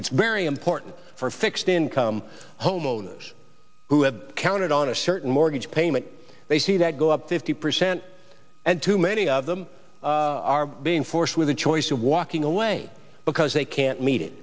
it's very important for fixed income homeowners who have counted on a certain mortgage payment they see that go up fifty percent and too many of them are being forced with the choice of walking away because they can't meet it